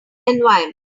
environment